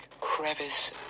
crevice